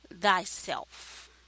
thyself